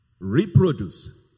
reproduce